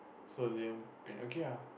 so Liam-Payne okay ah